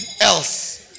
else